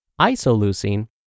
Isoleucine